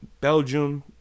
Belgium